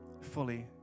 fully